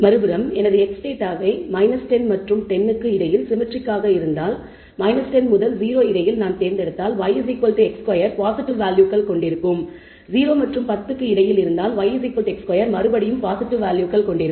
மறுபுறம் எனது x டேட்டாவை 10 மற்றும் 10 க்கு இடையில் சிம்மெட்ரிக் ஆக இருந்தால் 10 முதல் 0 இடையில் நான் தேர்ந்தெடுத்தால் yx2 பாசிட்டிவ் வேல்யூகள் கொண்டிருக்கும் 0 மற்றும் 10 க்கு இடையில் இருந்தால் yx2 மறுபடியும் பாசிட்டிவ் வேல்யூகள் கொண்டிருக்கும்